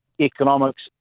economics